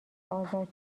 آزاد